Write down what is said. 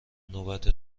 نوبت